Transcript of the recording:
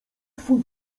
twój